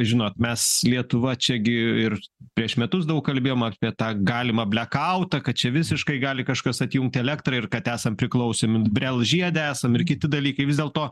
žinot mes lietuva čiagi ir prieš metus daug kalbėjom apie tą galimą blekautą kad čia visiškai gali kažkas atjungti elektrą ir kad esam priklausomi brell žiede esam ir kiti dalykai vis dėlto